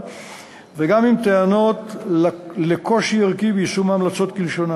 וגם עם טענות על קושי ערכי ביישום ההמלצות כלשונן.